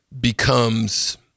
becomes